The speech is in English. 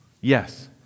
Yes